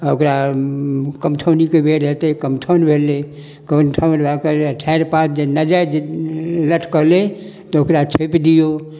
ओकरा कमठौनी कए बेर हेतै कमठौन भेलै कमठौन लऽ कऽ जे ठारि पात जे नजायज लटकलै तऽ ओकरा छोपि दियौ